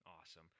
awesome